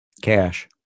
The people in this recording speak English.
cash